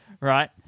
right